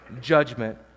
judgment